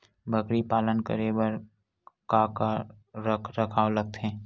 बकरी पालन करे बर काका रख रखाव लगथे?